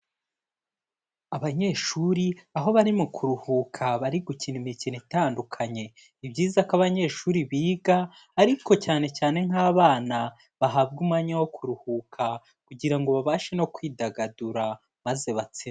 Abanyeshuri aho bari mu kuruhuka bari gukina imikino itandukanye ni byiza ko abanyeshuri biga ariko cyane cyane nk'abana bahabwa umwanya wo kuruhuka kugirango babashe no kwidagadura maze batse.